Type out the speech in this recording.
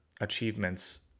achievements